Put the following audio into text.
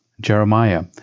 Jeremiah